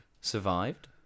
survived